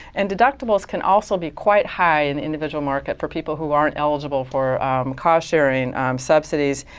and deductibles can also be quite high and individual market for people who aren't eligible for cost sharing subsidies.